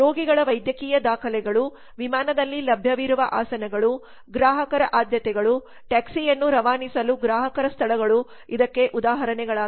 ರೋಗಿಗಳ ವೈದ್ಯಕೀಯ ದಾಖಲೆಗಳು ವಿಮಾನದಲ್ಲಿ ಲಭ್ಯವಿರುವ ಆಸನಗಳು ಗ್ರಾಹಕರ ಆದ್ಯತೆಗಳು ಟ್ಯಾಕ್ಸಿ ಯನ್ನು ರವಾನಿಸಲು ಗ್ರಾಹಕರ ಸ್ಥಳಗಳು ಇದಕ್ಕೆ ಉದಾಹರಣೆಗಳಾಗಿವೆ